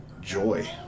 joy